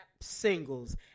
singles